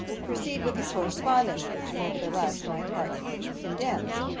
proceed with a correspondence, which, nevertheless, my heart condemned